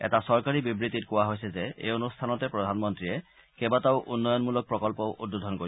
এটা চৰকাৰী বিবৃতিত কোৱা হৈছে যে এই অনুষ্ঠানতে প্ৰধানমন্ত্ৰীয়ে কেইবাটাও উন্নয়নমূলক প্ৰকল্পও উদ্বোধন কৰিব